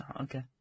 Okay